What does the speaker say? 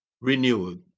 renewed